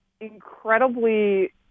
incredibly